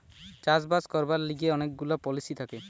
চাষ বাস করবার লিগে অনেক গুলা পলিসি থাকে